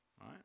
right